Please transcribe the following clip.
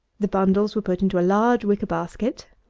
the bundles were put into a large wicker basket,